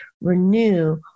renew